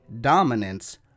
dominance